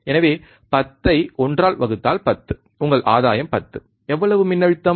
எனவே பத்தை ஒன்றால் வகுத்தால் 10 உங்கள் ஆதாயம் 10 எவ்வளவு மின்னழுத்தம்